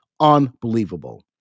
unbelievable